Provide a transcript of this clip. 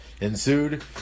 ensued